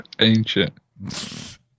Ancient